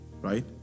right